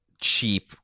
cheap